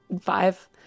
Five